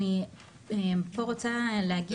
אני פה רוצה להגיד,